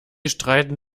streiten